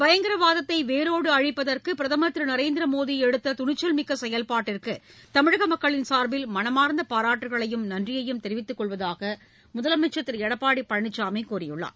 பயங்கரவாதத்தை வேரோடு அழிப்பதற்கு பிரதமர் திரு நரேந்திர மோடி எடுத்த துணிச்சல் மிக்க செயல்பாட்டிற்கு தமிழக மக்களின் சார்பில் மனமார்ந்த பாராட்டுக்களையும் நன்றியையும் தெரிவித்துக்கொள்வதாக முதலமைச்சர் திரு எடப்பாடி பழனிசாமி கூறியிருக்கிறார்